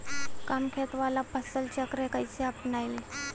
कम खेत वाला फसल चक्र कइसे अपनाइल?